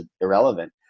irrelevant